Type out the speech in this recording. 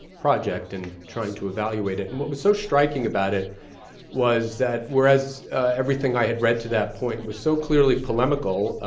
project and trying to evaluate it. and what was so striking about it was that, whereas everything i had read to that point was so clearly polemical,